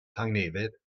tangnefedd